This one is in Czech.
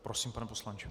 Prosím, pane poslanče.